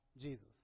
Jesus